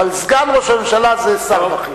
אבל סגן ראש הממשלה זה שר בכיר.